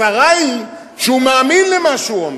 הצרה היא שהוא מאמין למה שהוא אומר.